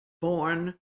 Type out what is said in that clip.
born